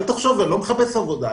אני לא מחפש עבודה,